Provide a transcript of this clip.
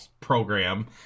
program